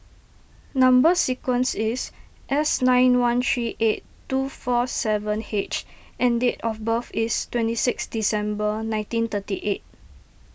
Number Sequence is S nine one three eight two four seven H and date of birth is twenty six December nineteen thirty eight